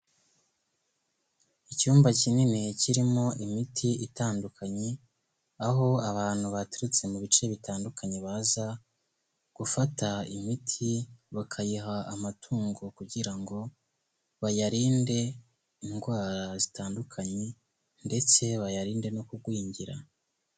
Icyumba kinini kirimo imiti itandukanye, aho abantu baturutse mu bice bitandukanye baza gufata imiti bakayiha amatungo kugira ngo bayarinde indwara zitandukanye ndetse bayarinde no kugwingira.